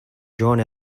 drawn